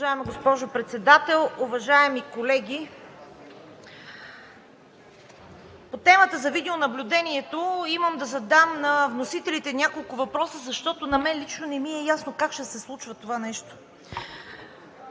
Уважаема госпожо Председател, уважаеми колеги! По темата за видеонаблюдението имам да задам на вносителите няколко въпроса, защото на мен лично не ми е ясно как ще се случва това нещо.